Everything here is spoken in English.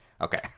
Okay